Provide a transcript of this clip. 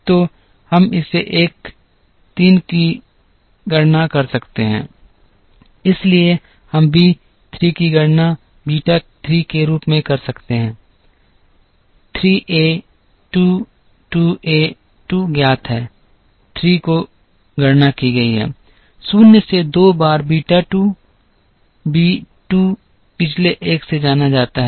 तो हम इसे एक 3 की गणना कर सकते हैं इसी तरह हम बी 3 की गणना बीटा 3 के रूप में कर सकते हैं 3 ए 2 2 ए 2 ज्ञात है 3 को गणना की गई है 1 शून्य से 2 बार बीटा 2 बी 2 पिछले एक से जाना जाता है